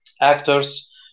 actors